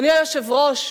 אדוני היושב-ראש,